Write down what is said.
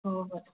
ꯍꯣꯏ ꯍꯣꯏ ꯍꯣꯏ